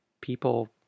people